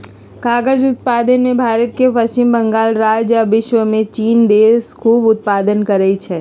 कागज़ उत्पादन में भारत के पश्चिम बंगाल राज्य आ विश्वमें चिन देश खूब उत्पादन करै छै